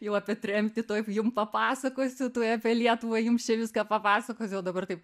jau apie tremtį tuoj jum papasakosiu apie lietuvą jums čia viską papasakosiu o dabar taip